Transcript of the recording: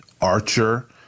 Archer